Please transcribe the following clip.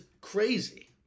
crazy